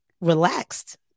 relaxed